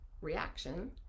reaction